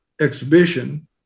exhibition